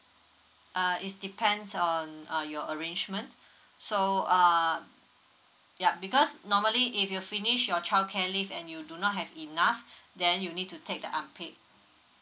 uh is depends on uh your arrangement so uh yup because normally if you finish your childcare leave and you do not have enough then you need to take unpaid